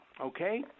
Okay